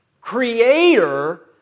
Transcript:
creator